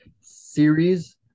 series